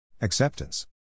Acceptance